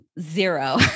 zero